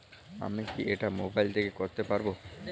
আমি কি এটা মোবাইল থেকে করতে পারবো?